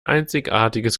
einzigartiges